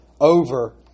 over